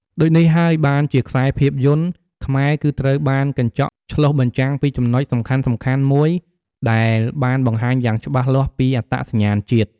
ដូចនេះហើយបានជាខ្សែភាពយន្តខ្មែរគឺត្រូវបានកញ្ចក់ឆ្លុះបញ្ចាំងពីចំណុចសំខាន់ៗមួយដែលបានបង្ហាញយ៉ាងច្បាស់លាស់ពីអត្តសញ្ញាណជាតិ ។